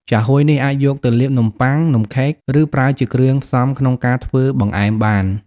ចាហួយនេះអាចយកទៅលាបនំប៉័ង នំខេក ឬប្រើជាគ្រឿងផ្សំក្នុងការធ្វើបង្អែមបាន។